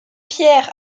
pierre